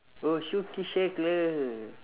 oh